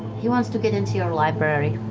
he wants to get into your library.